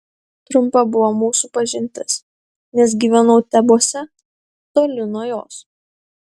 trumpa buvo mūsų pažintis nes gyvenau tebuose toli nuo jos